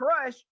Crush